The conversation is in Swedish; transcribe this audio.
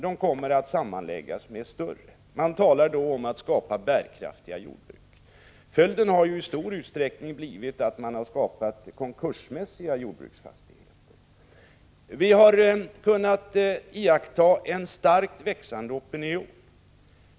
De kommer att sammanläggas med större enheter. Man talar om att på det sättet skapa bärkraftiga jordbruk, men följden har i stor utsträckning blivit att man skapat konkursmässiga jordbruksfastigheter. Vi har kunnat iaktta en starkt växande opinion.